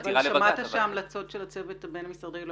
שמעת שההמלצות של הצוות הבין-משרדי לא